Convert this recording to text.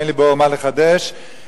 ואין לי מה לחדש בו,